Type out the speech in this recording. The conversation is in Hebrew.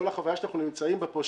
כל החוויה שאנחנו נמצאים בה פה,